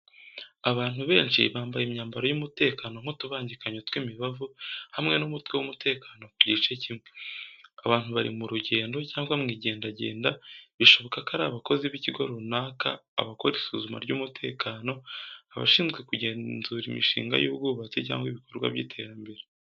Abantu benshi bambaye imyambaro y'umutekano nk'utubangikanyo tw'imibavu, hamwe n'umutwe w'umutekano ku gice kimwe. Abantu bari mu rugendo cyangwa mu igendagenda bishoboka ko ari abakozi b'ikigo runaka abakora isuzuma ry'umutekano, abashinzwe kugenzura imishinga y'ubwubatsi cyangwa ibikorwa by'iterambere.